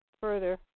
further